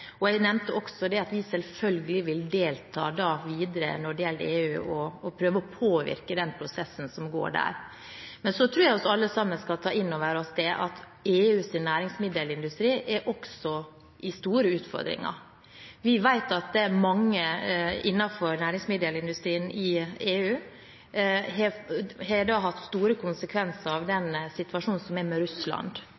Jeg nevnte også at vi selvfølgelig vil delta videre når det gjelder EU, og prøve å påvirke den prosessen som pågår der. Men jeg tror vi alle sammen skal ta inn over oss at EUs næringsmiddelindustri også har store utfordringer. Vi vet at den situasjonen som er med Russland, har hatt store konsekvenser for mange innenfor næringsmiddelindustrien i EU. Mange har måttet finne andre markeder, mange har problemer med å finne andre markeder, og en er